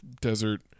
desert